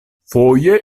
foje